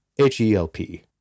H-E-L-P